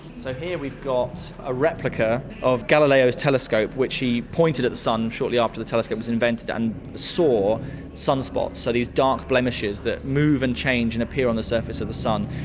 so here we've got a replica of galileo's telescope, which he pointed at the sun shortly after the telescope was invented and saw sunspots, so these dark blemishes that move and change and appear on the surface of the sun.